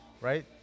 right